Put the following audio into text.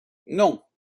non